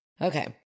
Okay